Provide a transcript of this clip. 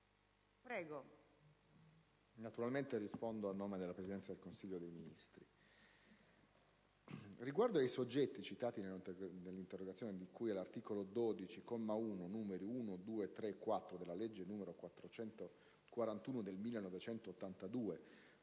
Riguardo ai soggetti citati nell'interrogazione, di cui all'articolo 12, comma 1, numeri 1), 2), 3) e 4) della legge n. 441 del 1982,